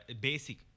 basic